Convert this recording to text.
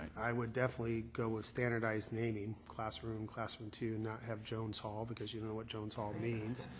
i would definitely go with standardized naming, classroom, classroom two, not have jones hall because you don't know what jones hall means.